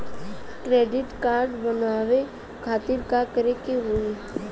Credit card बनवावे खातिर का करे के होई?